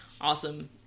awesome